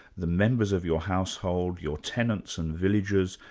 the members of your household, your tenants and villagers,